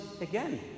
again